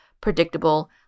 predictable